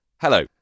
Hello